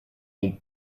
mon